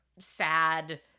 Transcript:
sad